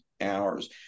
hours